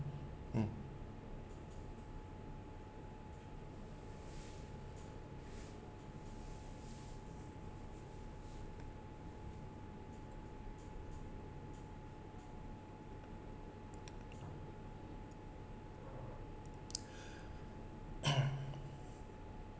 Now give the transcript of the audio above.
mm